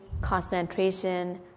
concentration